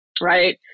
right